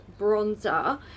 bronzer